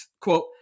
quote